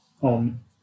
on